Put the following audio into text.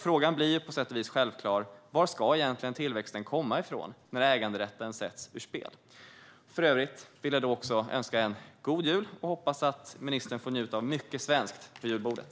Frågan blir på sätt och vis självklar: Varifrån ska egentligen tillväxten komma när äganderätten sätts ur spel? För övrigt vill jag önska en god jul och hoppas att ministern får njuta av mycket svenskt på julbordet.